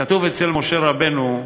כתוב אצל משה רבנו,